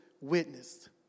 witnessed